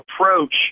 approach